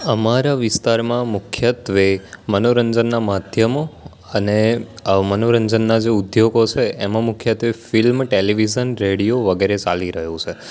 અમારા વિસ્તારમાં મુખ્યત્ત્વે મનોરંજનનાં માધ્યમો અને આવા મનોરંજનના જે ઉદ્યોગો છે એમાં મુખ્યત્ત્વે ફિલ્મ ટેલિવિઝન રેડિયો વગેરે ચાલી રહ્યું છે